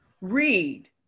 Read